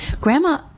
Grandma